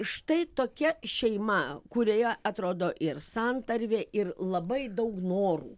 štai tokia šeima kurioje atrodo ir santarvė ir labai daug norų